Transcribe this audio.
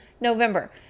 November